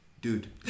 dude